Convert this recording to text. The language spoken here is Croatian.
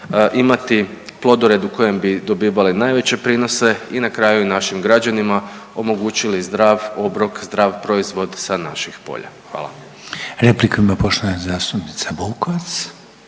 imati plodored u kojem bi dobivale najveće prinose. I na kraju i našim građanima omogućili zdrav obrok, zdrav proizvod sa naših polja. Hvala. **Reiner, Željko (HDZ)** Repliku ima poštovana zastupnica Vukovac.